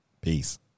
Peace